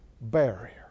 barrier